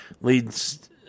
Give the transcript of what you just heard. leads